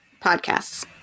podcasts